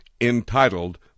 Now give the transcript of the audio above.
entitled